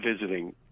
visiting